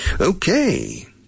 Okay